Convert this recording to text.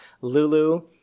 lulu